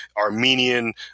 Armenian